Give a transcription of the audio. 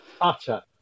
utter